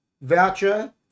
voucher